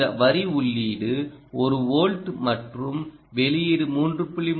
இந்த வரி உள்ளீடு ஒரு வோல்ட் மற்றும் வெளியீடு 3